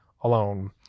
alone